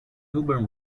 urban